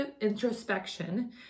introspection